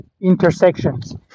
intersections